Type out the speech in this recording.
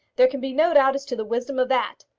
there can be no doubt as to the wisdom of that.